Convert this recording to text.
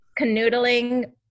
Canoodling